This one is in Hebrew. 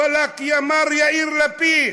וואלכ, יא מר יאיר לפיד,